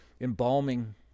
embalming